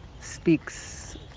speaks